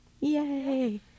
Yay